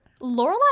Lorelai